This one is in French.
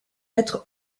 être